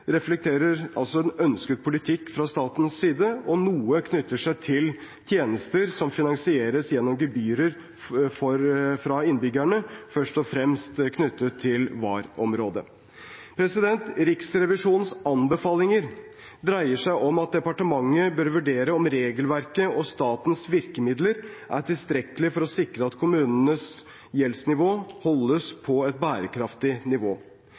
reflekterer altså en ønsket politikk fra statens side, og noe knytter seg til tjenester som finansieres gjennom gebyrer fra innbyggerne, først og fremst knyttet til VAR-området. Riksrevisjonens anbefalinger dreier seg om at departementet bør vurdere om regelverket og statens virkemidler er tilstrekkelig for å sikre at kommunenes gjeldsnivå holdes på et bærekraftig nivå.